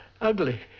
Ugly